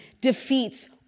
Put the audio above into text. defeats